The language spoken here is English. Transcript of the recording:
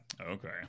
Okay